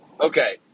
Okay